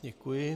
Děkuji.